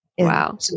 wow